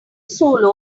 solo